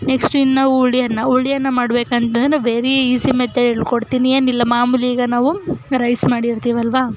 next ಇನ್ನು ಹುಳಿ ಅನ್ನ ಹುಳಿ ಅನ್ನ ಮಾಡಬೇಕಂದ್ರೆ ನಾನು ವೆರಿ ಈಸಿ ಮೆಥಂಡ್ ಹೇಳ್ಕೊಡ್ತೀನಿ ಏನಿಲ್ಲ ಮಾಮೂಲಿ ಈಗ ನಾವು ರೈಸ್ ಮಾಡಿರ್ತೀವಲ್ವ